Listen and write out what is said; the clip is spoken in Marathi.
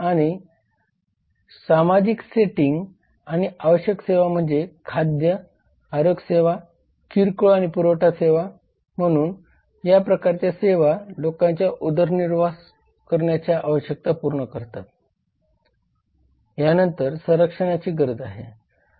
आणि सामाजिक सेटिंग आणि आवश्यक सेवा म्हणजे खाद्य आरोग्य सेवा किरकोळ आणि पुरवठा सेवा म्हणून या प्रकारच्या सेवा लोकांच्या उदरनिर्वाह करण्याच्या आवश्यकता पूर्ण करतात या नंतर संरक्षणाची गरज आहे